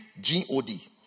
G-O-D